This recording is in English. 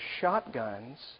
shotguns